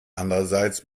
andererseits